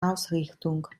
ausrichtung